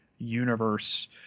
universe